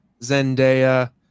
Zendaya